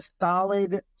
solid